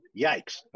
yikes